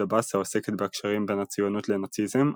עבאס העוסקת בקשרים בין הציונות לנאציזם,